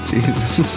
Jesus